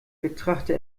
betrachte